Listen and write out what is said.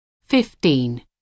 Fifteen